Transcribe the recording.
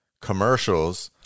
Commercials